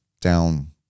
down